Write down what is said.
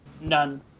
None